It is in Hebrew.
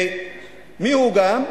ומיהו גם?